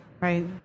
Right